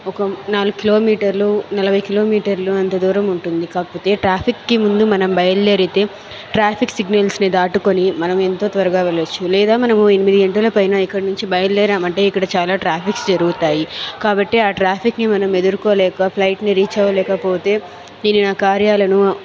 ఒక నాలుగు కిలోమీటర్లు నలభై కిలోమీటర్లు అంత దూరం ఉంటుంది కాకపోతే ట్రాఫిక్ కి ముందు మనం బయల్దేరితే ట్రాఫిక్ సిగ్నల్స్ ని దాటుకుని మనం ఎంతో త్వరగా వెళ్లొచ్చు లేదా మనము ఎనిమిది గంటలపైన ఇక్కడ నుంచి బయల్దేరామంటే ఇక్కడ చాలా ట్రాఫిక్ జరుగుతాయి కాబట్టి ఆ ట్రాఫిక్ని మనం ఎదుర్కోలేక ఫ్లైట్ ని రీచ్ అవ్వలేకపోతే నేను నా కార్యాలను